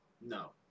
No